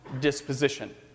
disposition